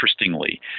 interestingly